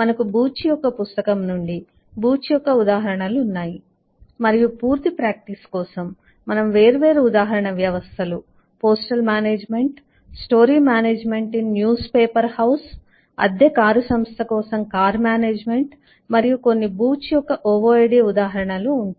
మనకు బూచ్ యొక్క పుస్తకం నుండి బూచ్ యొక్క ఉదాహరణలు ఉన్నాయి మరియు పూర్తి ప్రాక్టీస్ కోసం మనకు వేర్వేరు ఉదాహరణ వ్యవస్థలు postal management story management in news paper house అద్దె కారు సంస్థ కోసం కార్ మేనేజ్మెంట్ మరియు కొన్ని బూచ్ యొక్క OOAD ఉదాహరణలు ఉంటాయి